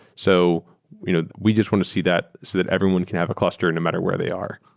so you know we just want to see that so that everyone can have a cluster no matter where they are.